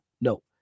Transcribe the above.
No